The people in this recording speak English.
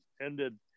ended